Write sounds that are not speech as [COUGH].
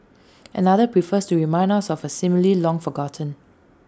[NOISE] another prefers to remind us of A simile long forgotten